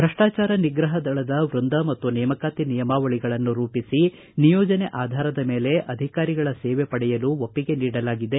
ಭ್ರಷ್ಲಾಚಾರ ನಿಗ್ರಹ ದಳದ ವ್ಯಂದ ಮತ್ತು ನೇಮಕಾತಿ ನಿಯಮಾವಳಿಗಳನ್ನು ರೂಪಿಸಿ ನಿಯೋಜನೆ ಆಧಾರದ ಮೇಲೆ ಅಧಿಕಾರಿಗಳ ಸೇವೆ ಪಡೆಯಲು ಒಪ್ಪಿಗೆ ನೀಡಲಾಗಿದೆ